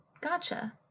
Gotcha